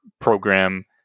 program